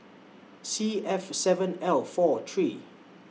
C F seven L four three